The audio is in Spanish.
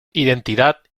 identidad